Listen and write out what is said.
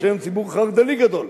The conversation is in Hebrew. יש היום ציבור חרד"לי גדול,